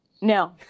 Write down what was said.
No